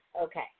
Okay